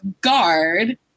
guard